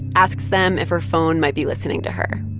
asks them if her phone might be listening to her.